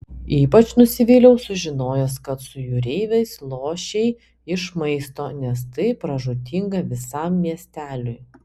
ypač nusivyliau sužinojęs kad su jūreiviais lošei iš maisto nes tai pražūtinga visam miesteliui